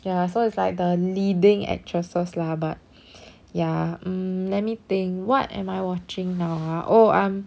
ya so it's like the leading actresses lah but ya mm let me think what am I watching now ah oh I'm